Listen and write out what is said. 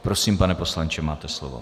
Prosím, pane poslanče, máte slovo.